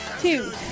two